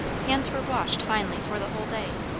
hands were washed finally for the whole day,